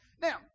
Now